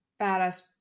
badass